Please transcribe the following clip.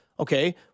Okay